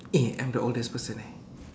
eh I'm the oldest person eh